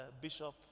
Bishop